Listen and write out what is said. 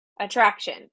attraction